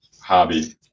hobby